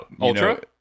Ultra